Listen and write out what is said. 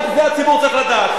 רק את זה הציבור צריך לדעת,